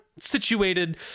situated